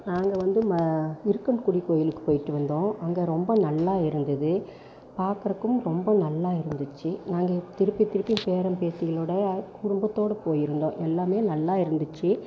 நாங்கள் வந்து ம இருக்கன்குடி கோயிலுக்கு போயிட்டு வந்தோம் அங்கே ரொம்ப நல்லா இருந்தது பார்க்கறக்கும் ரொம்ப நல்லா இருந்துச்சு நாங்கள் திருப்பி திருப்பி பேரன் பேத்திகளோடய குடும்பத்தோடய போயிருந்தோம் எல்லாமே நல்லா இருந்துச்சு